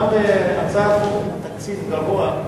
גם בהצעת חוק עם תקציב גבוה,